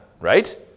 right